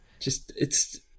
Just—it's